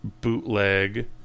bootleg